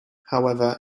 however